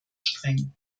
streng